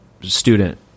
student